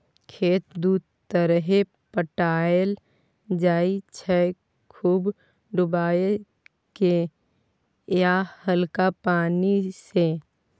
खेत दु तरहे पटाएल जाइ छै खुब डुबाए केँ या हल्का पानि सँ